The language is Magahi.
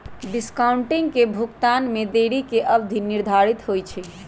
डिस्काउंटिंग में भुगतान में देरी के अवधि निर्धारित होइ छइ